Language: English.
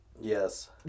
Yes